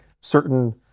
certain